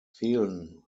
fehlen